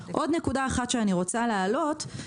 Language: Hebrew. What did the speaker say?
עוד נקודה שאני רוצה להעלות,